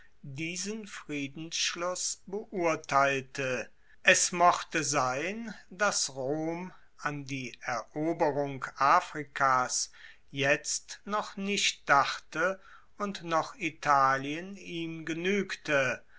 diesen friedensschluss beurteilte es mochte sein dass rom an die eroberung afrikas jetzt noch nicht dachte und noch italien ihm genuegte